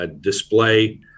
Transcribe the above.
display